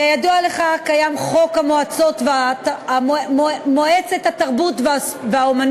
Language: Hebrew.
כידוע לך, קיים חוק מועצת התרבות והאמנות.